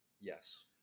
Yes